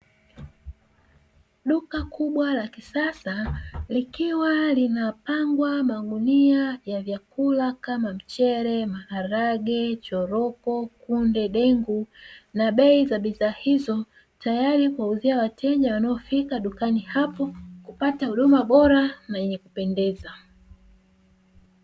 Duka kubwa la kisasa likiwa linapangwa magunia ya vyakula kama mchele, maharage, choroko, kunde, dengu, na bei za bidhaa hizo tayari kuwauzia wateja wanaofika dukani hapo kupata huduma bora na yenye kupendeza.